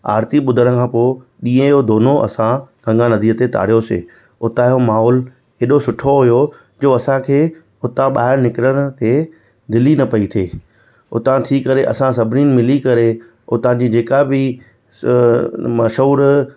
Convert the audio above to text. आरती ॿुधण खां पोइ ॾींह यो दोनो असां गंगा नदीअ ते तारियोसीं उतां जो महोल ऐॾो सुठो हुयो जो असां खे हुतां ॿाहिरि निकरण ते दिलि ई न पई थे उतां थी करे असां सभिनीनि मिली करे उतां जी जेका बि मशहूर